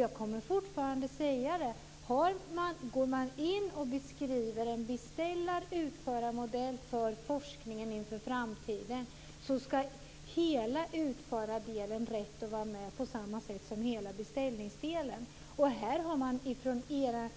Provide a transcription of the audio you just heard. Jag säger fortfarande: Går man in och beskriver en beställar och utförarmodell för forskningen inför framtiden ska hela utförardelen ha rätt att vara med på samma sätt som hela beställardelen. Här har man från er